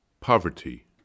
Poverty